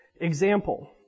Example